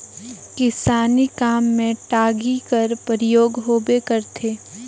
किसानी काम मे टागी कर परियोग होबे करथे